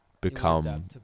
become